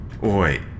Wait